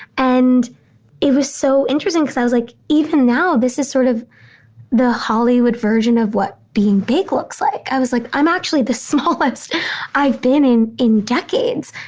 and it was so interesting because i was like even now this is sort of the hollywood version of what being big looks like. i was like, i'm actually the smallest i've been in in decades.